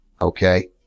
Okay